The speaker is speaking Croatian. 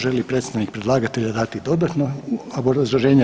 Želi li predstavnik predlagatelja dati dodatno obrazloženje.